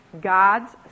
God's